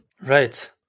Right